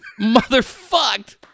motherfucked